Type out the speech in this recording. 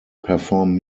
perform